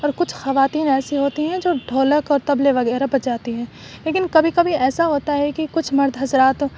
اور کچھ خواتین ایسی ہوتی ہیں جو ڈھولک اور طبلے وغیرہ بجاتی ہیں لیکن کبھی کبھی ایسا ہوتا ہے کہ کچھ مرد حضرات